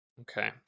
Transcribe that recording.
okay